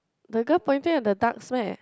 the girl pointing at the ducks meh